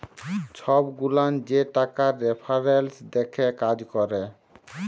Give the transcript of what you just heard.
ছব গুলান যে টাকার রেফারেলস দ্যাখে কাজ ক্যরে